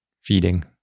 feeding